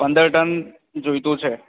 પંદર ટન જોઈએ છે